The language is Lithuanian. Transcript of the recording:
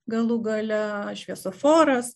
galų gale šviesoforas